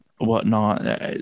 whatnot